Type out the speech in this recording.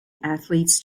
athletes